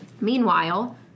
meanwhile